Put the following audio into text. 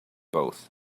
both